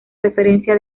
referencia